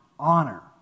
honor